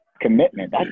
commitment